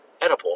edible